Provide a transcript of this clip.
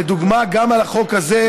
לדוגמה גם בחוק הזה,